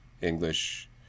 English